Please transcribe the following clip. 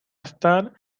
estar